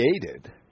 created